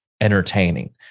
entertaining